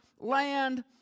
land